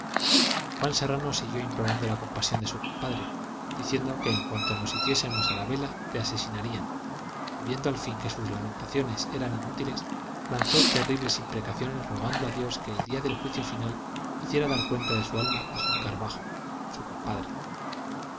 serrano siguió implorando la compasión de su compadre diciendo que en cuanto nos hiciésemos a la vela le asesinarían y viendo al fin que sus lamentaciones eran inútiles lanzó terribles imprecaciones rogando a dios que el día del juicio final hiciera dar cuenta de su alma a juan carvajo su compadre